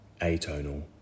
atonal